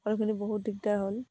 বহুত দিগদাৰ হ'ল